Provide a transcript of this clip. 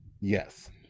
Yes